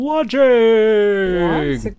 Watching